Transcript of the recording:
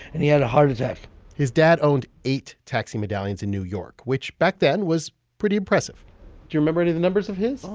and he had a heart attack his dad owned eight taxi medallions in new york, which back then was pretty impressive do you remember any of the numbers of his? oh,